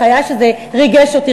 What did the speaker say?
בחיי שזה ריגש אותי.